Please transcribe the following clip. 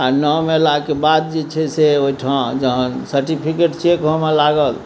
आओर नाम अयलाके बाद जे छै से ओइठाम जहाँ सर्टिफिकेट चेक होमऽ लागल